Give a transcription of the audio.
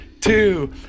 two